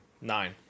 Nine